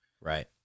Right